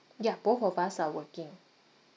ya both of us are working